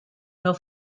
nur